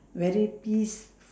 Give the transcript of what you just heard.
very peace